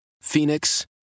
Phoenix